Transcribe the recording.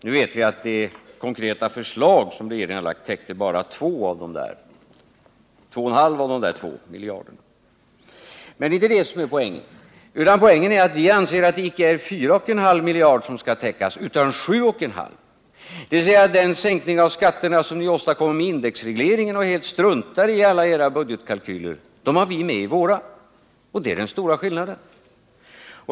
Nu vet vi emellertid att det konkreta förslag som regeringen har framlagt täcker bara 2,5 av dessa 4,5 miljarder. Men det är inte det som är poängen, utan poängen är att vi anser att det icke är 4,5 miljarder som skall täckas, utan 7,5 miljarder — dvs. den sänkning av skatterna som ni åstadkom med indexregleringen och i alla era budgetkalkyler helt struntar i — och dem har vi med i våra. Det är den stora skillnaden.